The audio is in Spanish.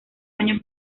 año